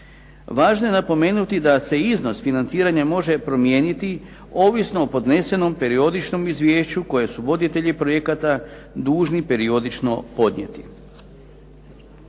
Važno je napomenuti da se iznos financiranja može promijeniti ovisno o podnesenom periodičnom izvješću koje su voditelji projekata dužni periodično podnijeti.